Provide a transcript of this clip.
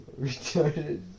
Retarded